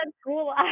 school